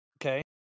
Okay